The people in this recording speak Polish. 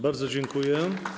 Bardzo dziękuję.